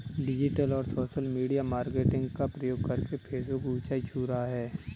digital और social media marketing का प्रयोग करके फेसबुक ऊंचाई छू रहा है